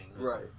Right